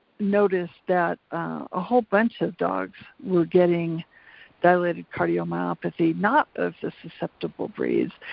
noticed that a whole bunch of dogs were getting dilated cardiomyopathy not of the susceptible breeds,